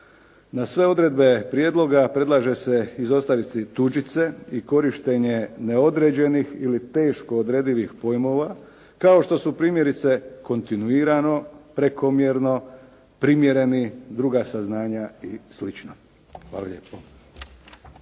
Na sve odredbe prijedloga predlaže se izostaviti tuđice i korištenje neodređenih ili teško odredivih pojmova kao što su primjerice kontinuirano, prekomjerno, primjereni, druga saznanja i slično. Hvala lijepo.